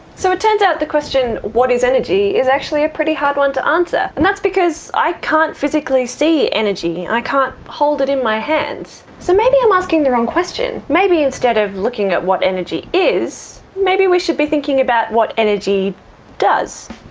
so it turns out the question what is energy is actually a pretty hard one to answer, and that's because i can't physically see energy, i can't hold it in my hands. so maybe i'm asking the wrong question. maybe instead of looking at what energy is, maybe we should be thinking about what energy does.